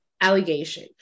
allegation